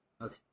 Okay